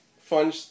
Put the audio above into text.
fun